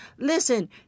Listen